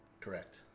Correct